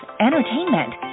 entertainment